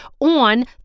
on